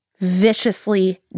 viciously